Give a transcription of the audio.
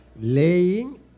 laying